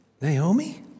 Naomi